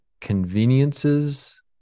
conveniences